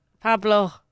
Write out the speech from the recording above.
Pablo